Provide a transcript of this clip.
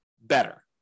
better